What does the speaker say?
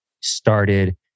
started